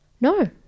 No